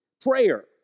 prayer